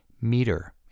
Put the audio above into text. meter